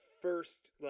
first